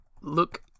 Look